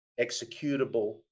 executable